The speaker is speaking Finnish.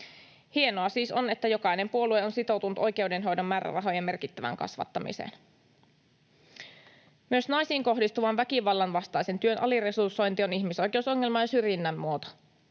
Hienoa siis on, että jokainen puolue on sitoutunut oikeudenhoidon määrärahojen merkittävään kasvattamiseen. Myös naisiin kohdistuvan väkivallan vastaisen työn aliresursointi on ihmisoikeusongelma ja syrjinnän muoto.